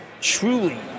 truly